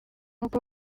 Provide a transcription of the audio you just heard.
uko